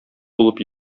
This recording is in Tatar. булып